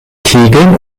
kegeln